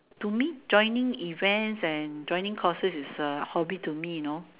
to me joining events and joining courses is a hobby to me you know